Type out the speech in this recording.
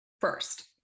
first